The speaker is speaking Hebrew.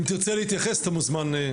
אם תרצה להתייחס אתה מוזמן,